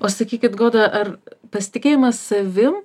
o sakykit goda ar pasitikėjimas savim